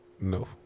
No